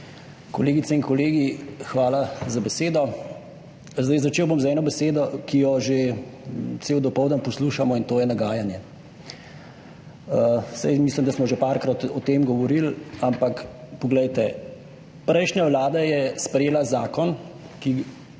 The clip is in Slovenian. kolegice in kolegi! Hvala za besedo. Zdaj začel bom z eno besedo, ki jo že cel dopoldan poslušamo in to je nagajanje. Saj mislim, da smo že parkrat o tem govorili, ampak poglejte, prejšnja Vlada je sprejela zakon, ki